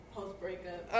Post-breakup